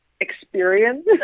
experience